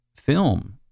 film